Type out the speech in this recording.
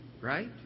Right